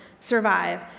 survive